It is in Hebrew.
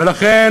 ולכן,